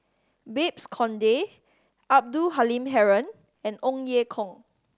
Babes Conde Abdul Halim Haron and Ong Ye Kung